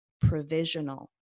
provisional